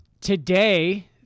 Today